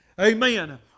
Amen